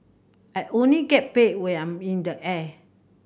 I only get paid when I'm in the air